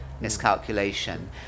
miscalculation